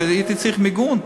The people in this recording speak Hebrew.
כשהייתי צריך מיגון.